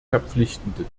verpflichtende